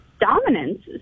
dominance